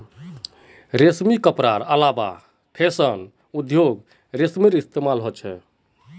रेशमी कपडार अलावा फैशन उद्द्योगोत रेशमेर इस्तेमाल होचे